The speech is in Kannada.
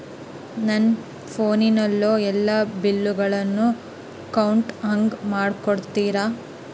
ನನ್ನ ಫೋನಿನಲ್ಲೇ ಎಲ್ಲಾ ಬಿಲ್ಲುಗಳನ್ನೂ ಕಟ್ಟೋ ಹಂಗ ಮಾಡಿಕೊಡ್ತೇರಾ?